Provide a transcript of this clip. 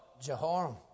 Jehoram